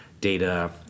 data